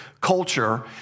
culture